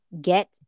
get